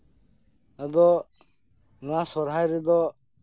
ᱟᱫᱚ ᱱᱚᱣᱟ ᱥᱚᱨᱦᱟᱭ ᱨᱮᱫᱚ